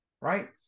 right